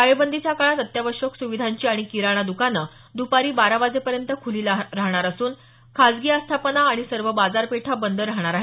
टाळेबंदीच्या काळात अत्यावश्यक सुविधांची आणि किराणा दकानं दुपारी बारा वाजेपर्यंत खुली राहणार असून खाजगी आस्थापना आणि सर्व बाजारपेठा बंद राहणार आहेत